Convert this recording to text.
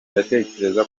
ndatekereza